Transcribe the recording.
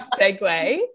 segue